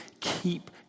Keep